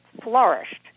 flourished